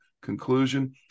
Conclusion